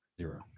zero